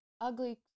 ugly